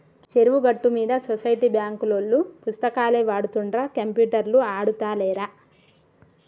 చెరువు గట్టు మీద సొసైటీ బాంకులోల్లు పుస్తకాలే వాడుతుండ్ర కంప్యూటర్లు ఆడుతాలేరా